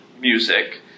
music